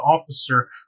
Officer